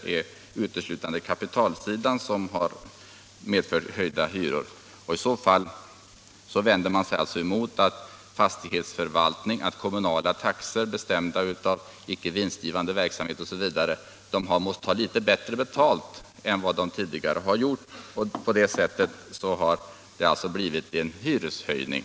Vpk måste i så fall vända sig emot att det blivit höjda kommunala taxor i icke vinstgivande verksamhet och att detta alltså lett till hyreshöjning.